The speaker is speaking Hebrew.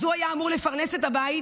הוא היה אמור לפרנס את הבית